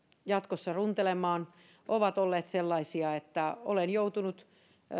jatkossa runtelemaan ovat olleet sellaisia että olen joutunut